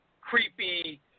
creepy